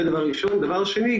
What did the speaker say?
דבר שני,